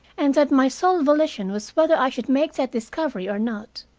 and that my sole volition was whether i should make that discovery or not.